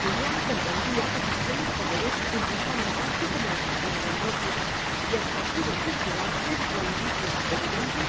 julián comprendía que sus plenos poderes importaban tanto como la carabina de ambrosio y hasta pudo cerciorarse por indicios evidentes